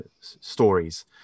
stories